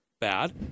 bad